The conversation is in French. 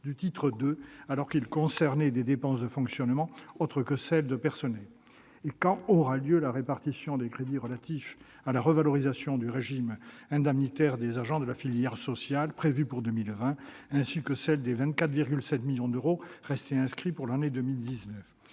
au titre 2 alors qu'ils concernaient des dépenses de fonctionnement autres que celles de personnel. Quand aura lieu la répartition des crédits relatifs à la revalorisation du régime indemnitaire des agents de la filière sociale, prévus pour 2020, ainsi que celle des 24,7 millions d'euros restés inscrits pour l'année 2019 ?